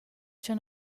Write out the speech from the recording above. cha